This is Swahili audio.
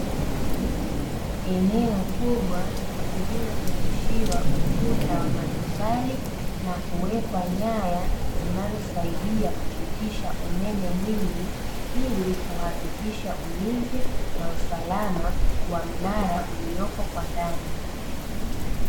Eneo kubwa liliozungushiwa ukuta wa matofali na kuwekwa nyaya, zinazosaidia kupitisha umeme mwingi ili kuhakikisha ulinzi na usalama wa mnara uliopo kwa ndani .